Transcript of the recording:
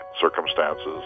circumstances